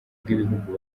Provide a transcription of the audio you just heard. bw’ibihugu